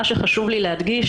מה שחשוב לי להדגיש,